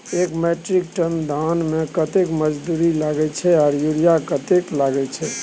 एक metric tonne धान में कतेक मजदूरी लागे छै आर यूरिया कतेक लागे छै?